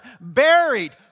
buried